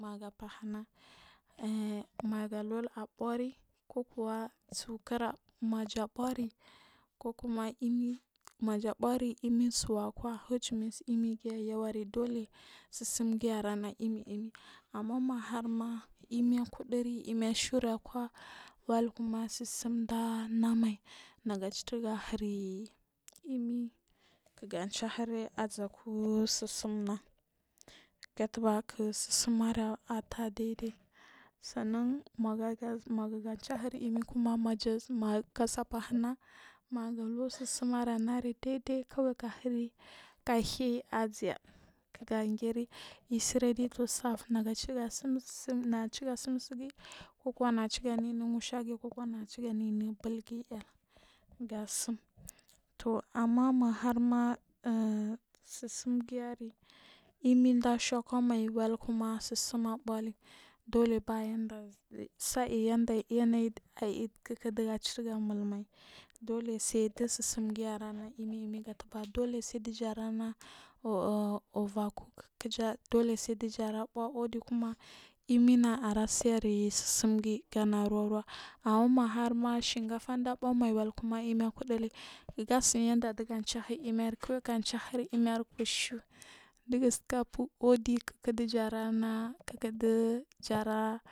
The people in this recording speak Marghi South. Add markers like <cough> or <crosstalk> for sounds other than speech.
Mamga fahina <hesitation> maga lur abuuhri ko kuwa sukir maja buuhri kukur a imi maja bu aliri imisuwa kwa whrch mis imigi imi amma mehf rma imi kudiri imis shunakir a kwa ma tsusim ɗanamai naga citur ga hiri imi kiga chahiri azeku tsusinna gatamar kik tsusimre ateh dai ɗai sanna n mega chahiir imik mega se faah ina mega lur tsusimari anari ɗai ɗai kawai gahir gehei aza h gan geri is ready to dap na ciga tsinon sissim negaci ga tsim sirguy nega ciganainu nushage kukuwa negacignaini bulna r ga tsum tooh amma ma harma a <hesitation> tsusingiyari imir ɗasuwa kumai well kuma tsusing aɓuuchri ɗole bayanva sa iyana yr ai <hesitation> ɗaga cituga mul mai dole sai ɗu tsusim gi arana imi imi katamar dule san ɗujarana over cock kiya ɗole saiɗiyara fuluh uvr imrma ara sariri tsusimgi ruwa ruwa amm maharma shinkafa ɗa fuuhmai weu kuma imiɗa kuɗ’uri kig a sim yanɗa ɗuga chahu imir kuga chahu imiri kushu sasit a fuh udi ɗisikarana ɗugu ɗujarah.